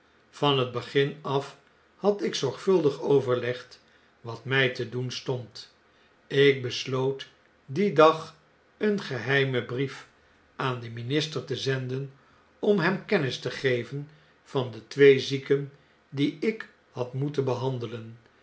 van het begin af had ik zorgvuldig overlegd wat mij te doen stond ik besloot dien dag een geheimen brief aan den minister te zenden om hem kennis te geven van de twee zieken die ik had moeten behandelen